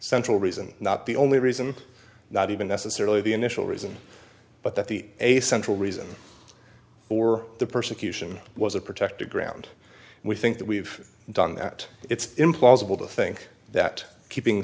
central reason not the only reason not even necessarily the initial reason but that the a central reason for the persecution was a protective ground and we think that we've done that it's implausible to think that keeping